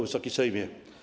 Wysoki Sejmie!